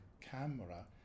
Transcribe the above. camera